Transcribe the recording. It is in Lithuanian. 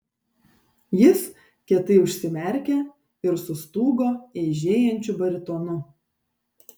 jis kietai užsimerkė ir sustūgo eižėjančiu baritonu